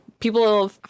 People